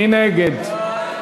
מי נגד?